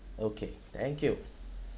okay thank you